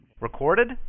Recorded